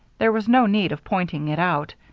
there was no need of pointing it out.